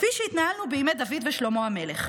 כפי שהתנהלנו בימי דוד ושלמה המלך,